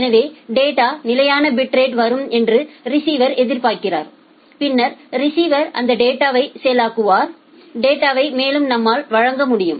எனவே டேட்டா நிலையான பிட்ரேட் வரும் என்று ரிசீவர் எதிர்பார்க்கிறார் பின்னர் ரிசீவர் அந்த டேட்டாவை செயலாக்குவார் டேட்டாவை மேலும் நம்மால் வழங்க முடியும்